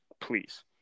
please